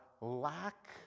lack